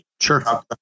Sure